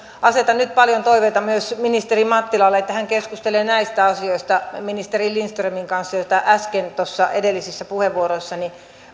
asetan nyt paljon toiveita myös ministeri mattilalle että hän keskustelee näistä asioista ministeri lindströmin kanssa mistä äsken tuossa edellisissä puheenvuoroissani